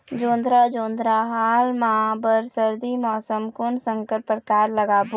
जोंधरा जोन्धरा हाल मा बर सर्दी मौसम कोन संकर परकार लगाबो?